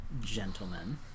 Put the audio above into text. gentlemen